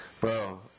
Bro